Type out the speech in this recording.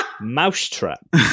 Mousetrap